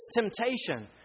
temptation